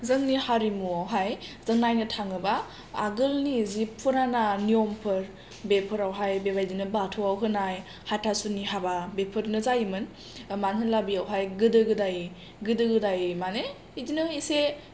जोंनि हारिमुआवहाय जों नायनो थाङोबा आगोलनि जि फुराना नियमफोर बेफोरावहाय बेबायदिनो बाथौआव होनाय हाथासुनि हाबा बेफोरनो जायोमोन मानो होनब्ला बेवहाय गोदो गोदाय माने बिदिनो एसे